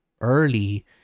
early